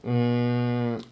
mmhmm